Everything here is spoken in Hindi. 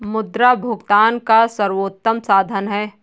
मुद्रा भुगतान का सर्वोत्तम साधन है